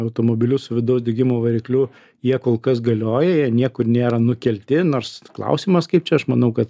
automobilius su vidaus degimo varikliu jie kol kas galioja jie niekur nėra nukelti nors klausimas kaip čia aš manau kad